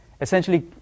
essentially